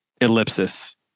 ellipsis